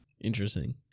Interesting